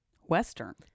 Western